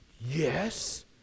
Yes